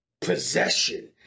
possession